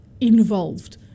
involved